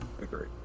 agree